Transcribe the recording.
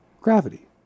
Gravity